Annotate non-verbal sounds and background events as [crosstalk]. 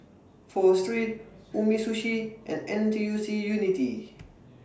Pho Street Umisushi and N T U C Unity [noise]